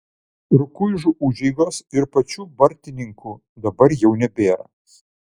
rukuižų užeigos ir pačių bartininkų dabar jau nebėra